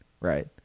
right